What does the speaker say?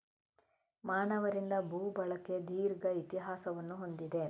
ಮಾನವರಿಂದ ಭೂ ಬಳಕೆ ದೀರ್ಘ ಇತಿಹಾಸವನ್ನು ಹೊಂದಿದೆ